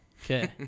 Okay